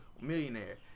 millionaire